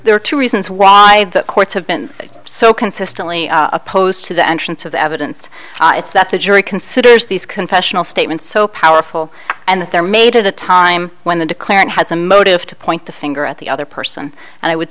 there are two reasons why the courts have been so consistently opposed to the entrance of the evidence it's that the jury considers these confessional statements so powerful and they're made at a time when the declarant has a motive to point the finger at the other person and i would